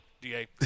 DA